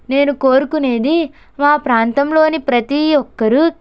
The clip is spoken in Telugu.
నేను కోరుకొనేది మా ప్రాంతంలోని ప్రతీ ఒక్కరు